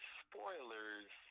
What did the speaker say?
spoilers